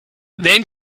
then